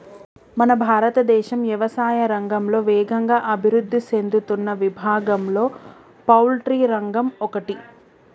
మన భారతదేశం యవసాయా రంగంలో వేగంగా అభివృద్ధి సేందుతున్న విభాగంలో పౌల్ట్రి రంగం ఒకటి